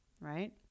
right